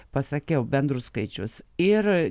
pasakiau bendrus skaičius ir